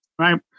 right